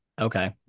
okay